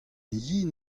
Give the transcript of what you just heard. yen